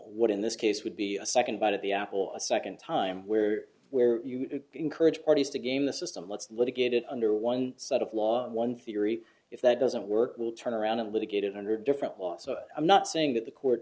what in this case would be a second bite at the apple a second time where where you encourage parties to game the system let's litigated under one set of laws one theory if that doesn't work will turn around and litigated under different law so i'm not saying that the court